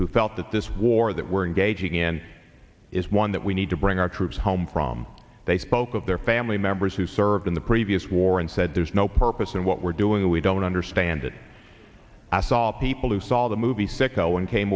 who felt that this war that we're engaging in is one that we need to bring our troops home from they spoke of their family members who served in the previous war and said there's no purpose in what we're doing we don't understand that assault people who saw the movie sicko and came